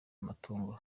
amatungo